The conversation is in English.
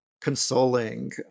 consoling